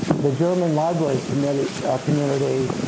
the german library community community